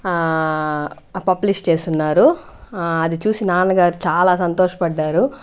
publish చేసి ఉన్నారు అది చూసి నాన్నగారు చాలా సంతోషపడ్డారు